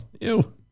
Ew